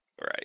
Right